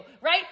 right